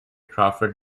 crawford